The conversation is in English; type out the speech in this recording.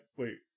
wait